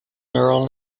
neural